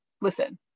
listen